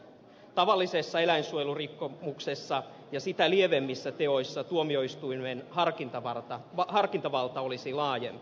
tavallisessa eläinsuojelurikkomuksessa ja sitä lievemmissä teoissa tuomioistuimen harkintavalta olisi laajempi